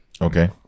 okay